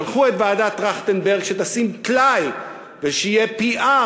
שלחו את ועדת טרכטנברג כדי שתשים טלאי ושיהיה PR,